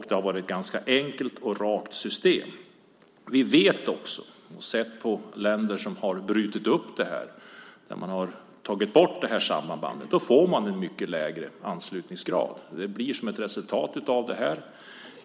Det har varit ett ganska enkelt och rakt system. Vi har sett att länder som har brutit upp och tagit bort det här sambandet får en mycket lägre anslutningsgrad. Det blir resultatet av det här.